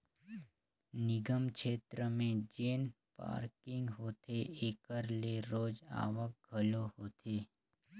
निगम छेत्र में जेन पारकिंग होथे एकर ले रोज आवक घलो होथे